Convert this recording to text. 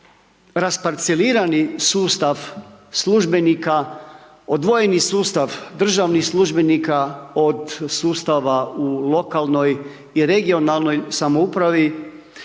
rasparcelirani sustav službenika, odvojeni sustav državnih službenika od sustava u lokalnoj i regionalnoj samoupravi.